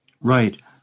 right